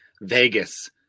Vegas